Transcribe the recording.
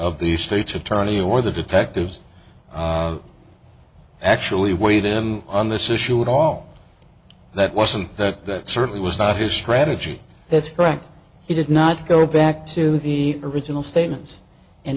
of the state's attorney or the detectives actually weigh them on this issue at all that wasn't that certainly was not his strategy that's correct he did not go back to the original statements and